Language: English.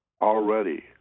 Already